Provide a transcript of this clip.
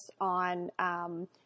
on